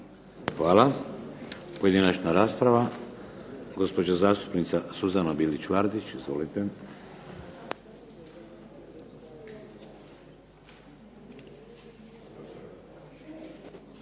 Hvala. Pojedinačna rasprava. Gospođa zastupnica Suzana Bilić-Vardić. Izvolite. **Bilić